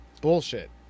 Bullshit